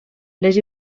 les